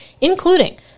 including